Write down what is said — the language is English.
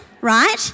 right